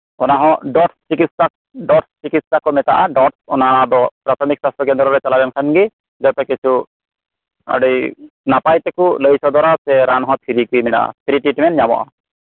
ᱚᱱᱟ ᱦᱚᱸ ᱰᱚᱴ ᱪᱤᱠᱤᱛᱥᱟ ᱰᱚᱴ ᱪᱤᱠᱤᱛᱥᱟ ᱠᱚ ᱢᱮᱛᱟᱜᱼᱟ ᱚᱱᱟ ᱫᱚ ᱯᱨᱟᱛᱷᱚᱢᱤᱠ ᱥᱟᱥᱛᱚ ᱠᱮᱱᱫᱨᱚ ᱨᱮ ᱪᱟᱞᱟᱣ ᱞᱮᱱᱠᱷᱟᱱᱜᱮ ᱡᱚᱛᱚ ᱠᱤᱪᱷᱩ ᱟᱹᱰᱤ ᱱᱟᱯᱟᱭ ᱛᱮᱠᱚ ᱞᱟᱹᱭ ᱥᱚᱫᱚᱨᱟ ᱥᱮ ᱨᱟᱱᱦᱚ ᱯᱷᱨᱤᱜᱮ ᱢᱮᱱᱟᱜᱼᱟ ᱯᱷᱨᱤᱛᱮᱜᱮ ᱧᱟᱢᱚᱜᱼᱟ